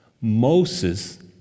Moses